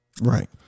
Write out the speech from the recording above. Right